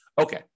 Okay